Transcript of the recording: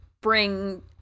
bring